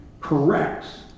corrects